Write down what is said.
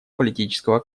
политического